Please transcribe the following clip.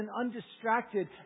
undistracted